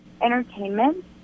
entertainment